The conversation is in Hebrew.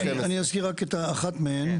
בעמוד 12. אני אזכיר רק את אחת מהן.